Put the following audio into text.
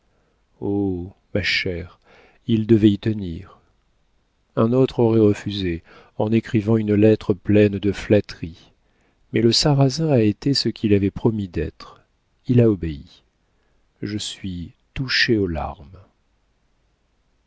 oh ma chère il devait y tenir un autre aurait refusé en écrivant une lettre pleine de flatteries mais le sarrasin a été ce qu'il avait promis d'être il a obéi je suis touchée aux larmes